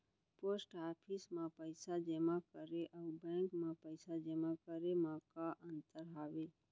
post office मा पइसा जेमा करे अऊ बैंक मा पइसा जेमा करे मा का अंतर हावे